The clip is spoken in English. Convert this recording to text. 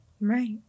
Right